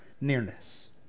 nearness